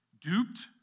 Duped